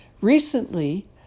recently